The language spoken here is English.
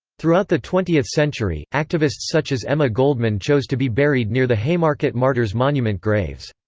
throughout the twentieth century, activists such as emma goldman chose to be buried near the haymarket martyrs' monument graves.